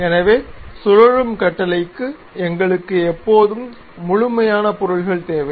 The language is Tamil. எனவே சுழலும் கட்டளைக்கு எங்களுக்கு எப்போதும் முழுமையான பொருள்கள் தேவை